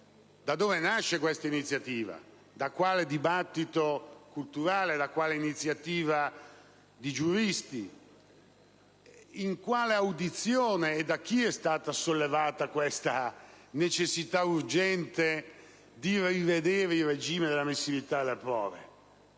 da dove nasce questa iniziativa, da quale dibattito culturale, da quali giuristi, in quale audizione e da chi è stata sollevata questa necessità urgente di rivedere il regime dell'ammissibilità delle prove.